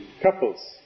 couples